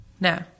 no